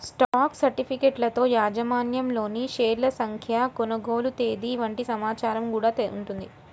stock సర్టిఫికెట్లలో యాజమాన్యంలోని షేర్ల సంఖ్య, కొనుగోలు తేదీ వంటి సమాచారం గూడా ఉంటది